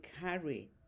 carry